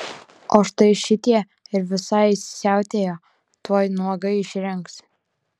o štai šitie ir visai įsisiautėjo tuoj nuogai išrengs